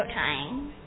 tying